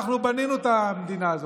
אנחנו בנינו את המדינה הזאת,